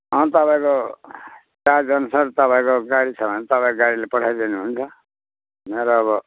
अनि तपाईँको चार्ज अनुसार तपाईँको गाडी छ भने तपाईँको गाडीले पठाइदिए नि हुन्छ मेरो अब